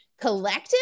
collective